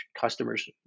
customers